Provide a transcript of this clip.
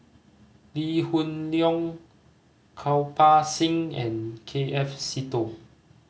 Lee Hoon Leong Kirpal Singh and K F Seetoh